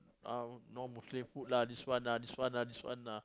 uh no Muslim food lah this one ah this one ah this one ah